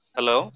Hello